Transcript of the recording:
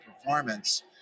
performance